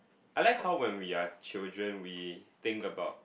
I like how when we are children we think about